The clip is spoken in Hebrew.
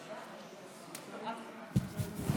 בבקשה, חבר הכנסת האוזר,